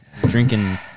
drinking